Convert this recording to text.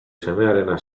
semearena